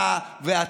אתה, אתה, אתה ואתה.